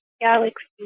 galaxy